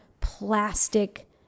plastic